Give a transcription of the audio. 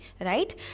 right